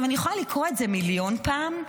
אני יכולה לקרוא את זה מיליון פעם,